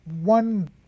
one